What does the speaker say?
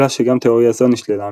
אלא שגם תאוריה זו נשללה,